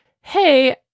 hey